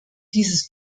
dieses